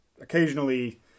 occasionally